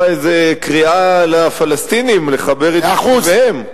איזו קריאה לפלסטינים לחבר את יישוביהם.